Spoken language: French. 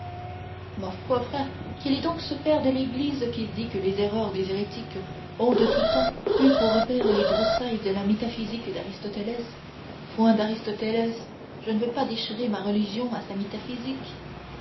ma foi frère quel est donc ce père de l'église qui dit que les erreurs des hérétiques ont de tout temps eu pour repaire les broussailles de la métaphysique d'aristoteles foin d'aristoteles je ne veux pas déchirer ma religion à sa métaphysique